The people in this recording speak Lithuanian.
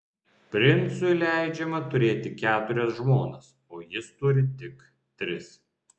princui leidžiama turėti keturias žmonas o jis turi tik tris